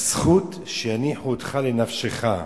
הזכות שיניחו אותך לנפשך.